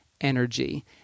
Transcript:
energy